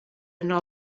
yno